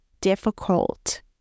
difficult